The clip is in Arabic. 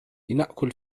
لنأكل